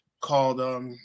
called